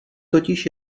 totiž